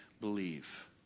believe